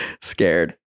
Scared